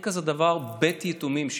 אין כזה דבר בית יתומים,